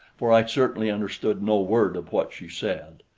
for i certainly understood no word of what she said.